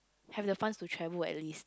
have the funs to travel at the list